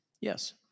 Yes